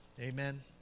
Amen